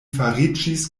fariĝis